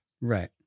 Right